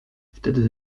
wtedy